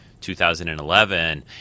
2011